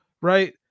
right